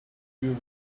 you